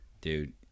dude